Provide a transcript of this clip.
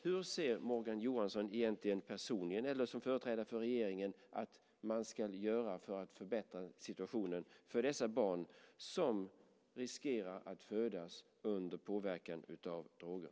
Hur ser Morgan Johansson personligen eller som företrädare för regeringen på vad man ska göra för att förbättra situationen för dessa barn som riskerar att födas under påverkan av droger?